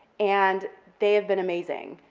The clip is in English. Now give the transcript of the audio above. and they have been amazing,